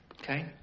Okay